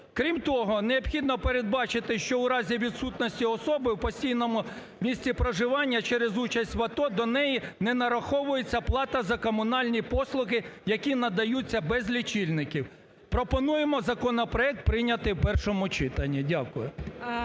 Крім того, необхідно передбачити, що у разі відсутності особи у постійному місті проживання через участь в АТО, до неї не нараховується плата за комунальні послуги, які надаються без лічильників. Пропонуємо законопроект прийняти в першому читанні. Дякую.